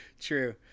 true